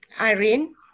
Irene